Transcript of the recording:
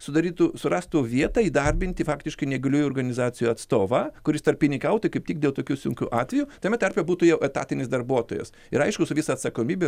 sudarytų surastų vietą įdarbinti faktiškai neįgaliųjų organizacijų atstovą kuris tarpininkautų kaip tik dėl tokių sunkių atvejų tame tarpe būtų jo etatinis darbuotojas ir aišku su visa atsakomybe